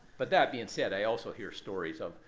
but that being said, i also hear stories of,